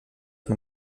man